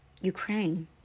Ukraine